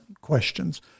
questions